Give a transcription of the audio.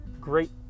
great